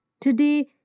Today